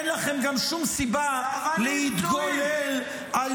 אין לכם גם שום סיבה להתגולל -- סרבנים בזויים.